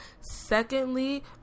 Secondly